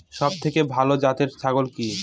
সবথেকে ভালো জাতের ছাগল কি?